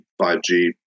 5G